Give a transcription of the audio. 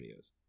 videos